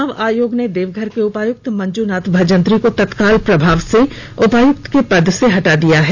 चुनाव आयोग ने देवघर के उपायुक्त मंजुनाथ भजंत्री को तत्काल प्रभाव से उपायुक्त के पद से हटा दिया है